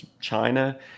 China